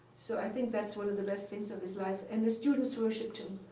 so i think that's one of the best things of his life. and his students worshiped him,